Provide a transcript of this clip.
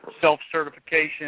self-certification